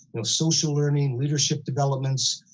you know, social learning, leadership developments.